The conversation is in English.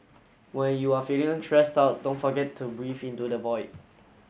when you are feeling stressed out don't forget to breathe into the void